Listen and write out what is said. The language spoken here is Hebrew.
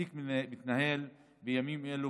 התיק מתנהל בימים אלה,